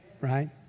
right